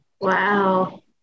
wow